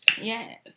Yes